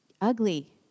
ugly